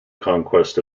conquest